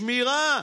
צריך שמירה,